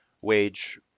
wage